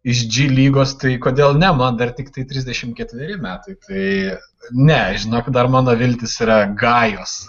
iš dži lygos tai kodėl ne man dar tiktai trisdešimt ketveri metai tai ne žinok dar mano viltis yra gajos